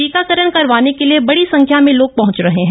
टीकाफ़रण करवामे के लिए बड़ी संख्या में लोग पहंच रहे हैं